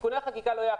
תיקוני החקיקה לא יעכבו.